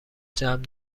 جمع